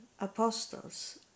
apostles